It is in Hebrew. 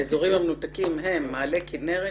האזורים המנותקים הם: מעלה כינרת,